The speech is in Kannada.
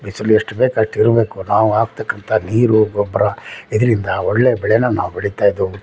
ಬಿಸಿಲು ಎಷ್ಟು ಬೇಕು ಅಷ್ಟು ಇರಬೇಕು ನಾವು ಹಾಕ್ತಕ್ಕಂಥ ನೀರು ಗೊಬ್ಬರ ಇದರಿಂದ ಒಳ್ಳೆಯ ಬೆಳೇನ ನಾವು ಬೆಳೀತ ಇದ್ದೆವು